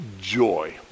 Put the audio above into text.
joy